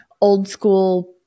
old-school